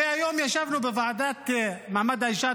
היום ישבנו בוועדה לקידום מעמד האישה,